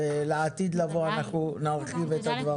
ולעתיד לבוא אנחנו נרחיב את הדברים.